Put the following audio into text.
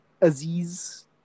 Aziz